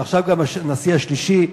ועכשיו גם הנשיא השלישי.